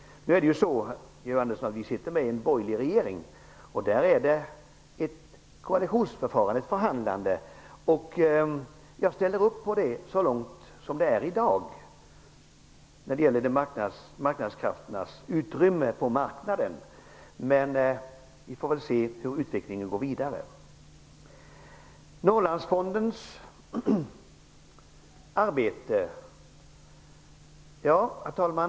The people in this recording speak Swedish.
Vi i kds sitter ju, Georg Andersson, med i en borgerlig regering. Där gäller koalitionsförfarandet. Det blir ett förhandlande, och jag ställer upp på det så att säga så långt som det är i dag när det gäller marknadskrafternas utrymme på marknaden. Vi får väl se hur utvecklingen går vidare. Norrlandsfondens arbete gäller det sedan.